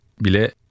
bile